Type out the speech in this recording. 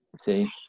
see